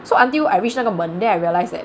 so until I reach 那个门 then I realise that